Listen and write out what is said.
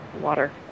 water